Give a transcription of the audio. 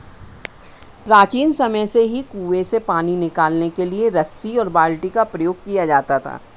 प्राचीन समय से ही कुएं से पानी निकालने के लिए रस्सी और बाल्टी का प्रयोग किया जाता था